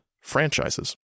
franchises